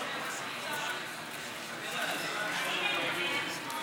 חבר הכנסת נחמן